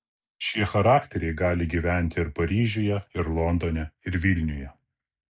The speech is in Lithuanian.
šie charakteriai gali gyventi ir paryžiuje ir londone ir vilniuje